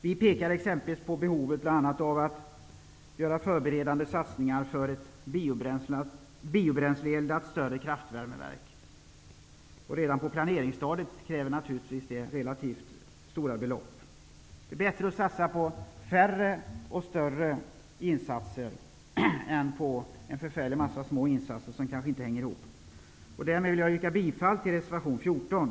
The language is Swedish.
Vi pekar på behovet av att genomföra förberedande satsningar för ett större biobränsleeldat kraftvärmeverk. Det kräver redan på planeringsstadiet relativt stora belopp. Det är bättre att satsa på färre och större insatser än på en förfärlig mängd små insatser som kanske inte hänger ihop. Därmed vill jag yrka bifall till reservation 14.